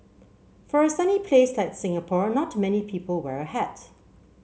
for a sunny place like Singapore not many people wear a hat